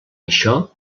això